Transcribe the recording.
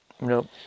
Nope